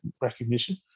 recognition